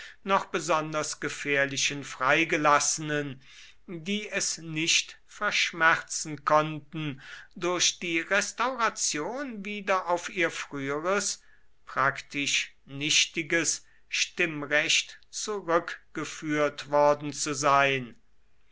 noch besonders gefährlichen freigelassenen die es nicht verschmerzen konnten durch die restauration wieder auf ihr früheres praktisch nichtiges stimmrecht zurückgeführt worden zu sein